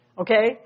okay